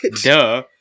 Duh